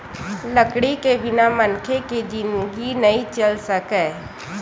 लकड़ी के बिना मनखे के जिनगी नइ चल सकय